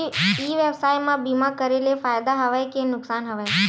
ई व्यवसाय म बीमा करे ले फ़ायदा हवय के नुकसान हवय?